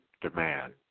demand